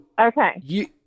okay